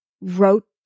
wrote